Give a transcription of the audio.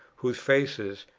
whose faces,